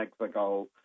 Mexico